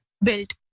built